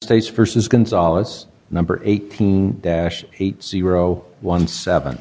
states versus gonzales number eighteen dash eight zero one seven